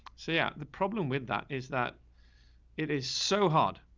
so yeah, the problem with that is that it is so hard.